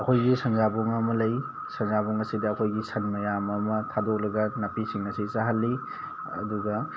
ꯑꯩꯈꯣꯏꯒꯤ ꯁꯟꯖꯥꯕꯨꯡ ꯑꯃ ꯂꯩ ꯁꯟꯖꯥꯕꯨꯡ ꯑꯁꯤꯗ ꯑꯩꯈꯣꯏꯒꯤ ꯁꯟ ꯃꯌꯥꯝ ꯑꯃ ꯊꯥꯗꯣꯛꯂꯒ ꯅꯥꯄꯤꯁꯤꯡ ꯑꯁꯤ ꯆꯥꯍꯜꯂꯤ ꯑꯗꯨꯒ